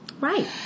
Right